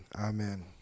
amen